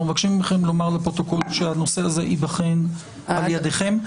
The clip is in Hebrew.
אנחנו מבקשים מכם לומר לפרוטוקול שהנושא הזה ייבחן על ידיכם.